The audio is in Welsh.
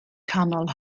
canol